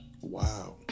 Wow